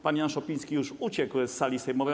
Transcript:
Pan Jan Szopiński już uciekł z sali sejmowej.